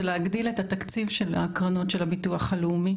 להגדיל את התקציב של הקרנות של הביטוח הלאומי.